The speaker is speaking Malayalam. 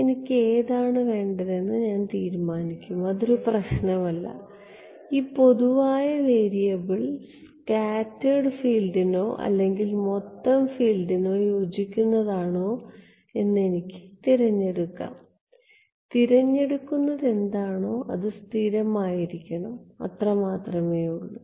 എനിക്ക് ഏതാണ് വേണ്ടതെന്ന് ഞാൻ തീരുമാനിക്കും അത് ഒരു പ്രശ്നമല്ല ഈ പൊതുവായ വേരിയബിൾ സ്കാറ്റേർഡ് ഫീൽഡിനോ അല്ലെങ്കിൽ മൊത്തം ഫീൽഡിനോ യോജിക്കുന്നതാണോ എന്ന് എനിക്ക് തിരഞ്ഞെടുക്കാം തിരഞ്ഞെടുക്കുന്നത് എന്താണോ അത് സ്ഥിരം ആയിരിക്കണം അത്ര മാത്രമേയുള്ളൂ